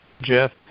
Jeff